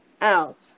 out